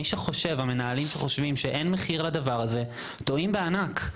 מי שחושב המנהלים שחושבים שאין מחיר לדבר הזה טועים בענק,